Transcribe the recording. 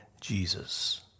Jesus